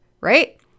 right